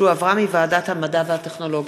שהחזירה ועדת המדע והטכנולוגיה.